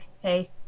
hey